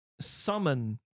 summon